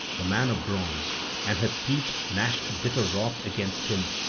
the man of bronze and her teeth gnashed bitter wrath against him,